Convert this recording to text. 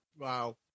Wow